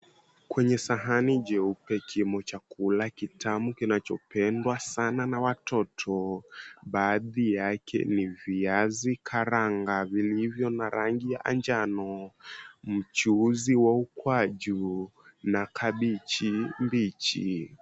Kwenye sahanu jeupe kimo chakula kitamu kinachopendwa sana na watoto. Baadhi yake ni viazi karanga vilivyo na rangi ya njano, mchuzi wa ukwaju na kabichi mbichi.